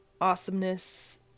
awesomeness